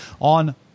on